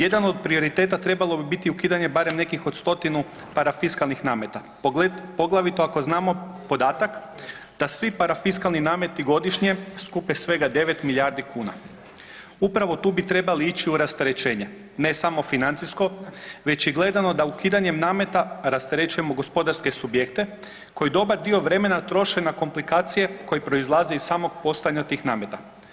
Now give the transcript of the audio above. Jedan od prioriteta trebalo biti ukidanje barem nekih od stotinu parafiskalnih nameta, poglavito ako znao podatak da svi parafiskalni nameti godišnje skupe svega 9 milijardi kuna. upravo tu bi trebali ići u rasterećenje, ne samo financijsko već i gledano da ukidanjem nameta rasterećujemo gospodarske subjekte koji dobar dio vremena troše na komplikacije koje proizlaze iz samog postojanja tih nameta.